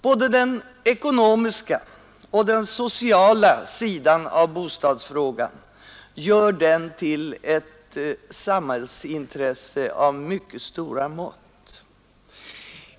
Både den ekonomiska och den sociala sidan av bostadsfrågan gör den till ett samhällsintresse av mycket stora mått.